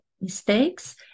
mistakes